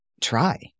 try